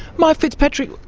mike fitzpatrick,